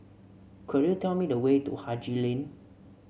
could you tell me the way to Haji Lane